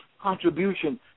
contribution